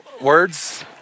words